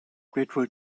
grateful